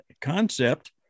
concept